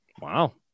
Wow